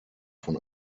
von